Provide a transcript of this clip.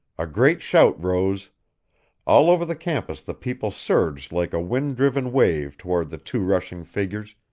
a great shout rose all over the campus the people surged like a wind-driven wave toward the two rushing figures,